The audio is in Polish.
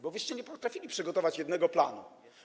Bo wyście nie potrafili przygotować jednego planu.